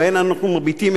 שבהן אנחנו מביטים,